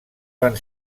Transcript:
van